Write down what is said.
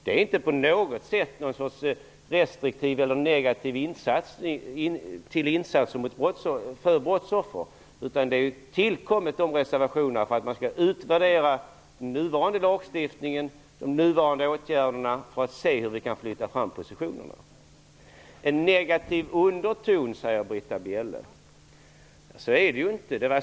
Det är inte alls fråga om någon restriktiv eller negativ inställning när det gäller insatser för brottsoffer. Dessa reservationer har kommit till för att den nuvarande lagstiftningen och åtgärderna skall utvärderas så att vi kan se hur vi kan flytta fram positionerna. Britta Bjelle talar om en negativ underton. Det stämmer inte.